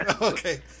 Okay